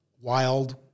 wild